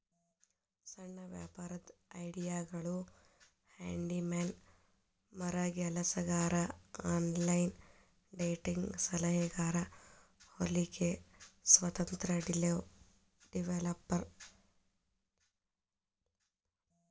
ಸಣ್ಣ ವ್ಯಾಪಾರದ್ ಐಡಿಯಾಗಳು ಹ್ಯಾಂಡಿ ಮ್ಯಾನ್ ಮರಗೆಲಸಗಾರ ಆನ್ಲೈನ್ ಡೇಟಿಂಗ್ ಸಲಹೆಗಾರ ಹೊಲಿಗೆ ಸ್ವತಂತ್ರ ಡೆವೆಲಪರ್